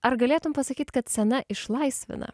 ar galėtum pasakyt kad scena išlaisvina